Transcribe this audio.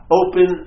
open